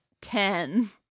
ten